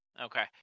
Okay